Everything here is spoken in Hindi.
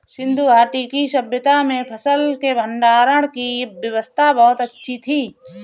सिंधु घाटी की सभय्ता में फसल के भंडारण की व्यवस्था बहुत अच्छी थी